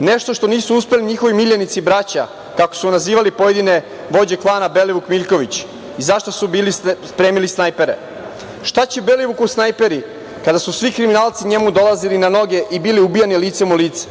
Nešto što nisu uspeli njihovi miljenici i braća, kako su nazivali pojedine vođe klana Belivuk, Miljković i za šta su bili spremili snajpere? Šta će Belivuku snajperi kada su svi kriminalci njemu dolazili na noge i bili ubijani licem u lice?